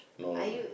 no no